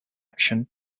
action